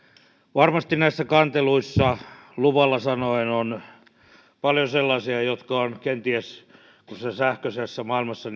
varmasti näissä kanteluissa luvalla sanoen on paljon sellaisia jotka ovat kenties tässä sähköisessä maailmassa